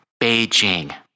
Beijing